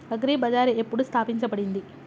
Agri bazaar ఎప్పుడు స్థాపించబడింది?